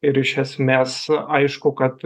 ir iš esmės aišku kad